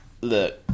look